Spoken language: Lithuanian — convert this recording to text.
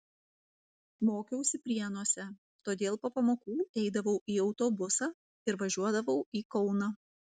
mokiausi prienuose todėl po pamokų eidavau į autobusą ir važiuodavau į kauną